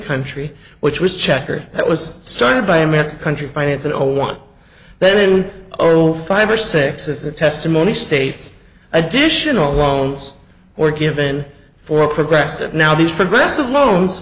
country which was checkered that was started by american country finance in a one then over five or six as a testimony states additional loans were given for progressive now these progressive loans